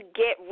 get